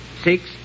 six